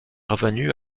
revenue